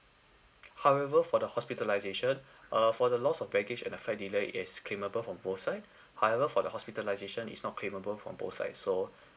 however for the hospitalisation uh for the loss of baggage and the flight delay is claimable from both side however for the hospitalisation is not claimable from both side so